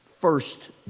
First